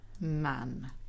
Man